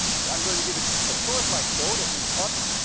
so i'm going to give it a torque like so. that means up.